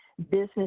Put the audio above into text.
business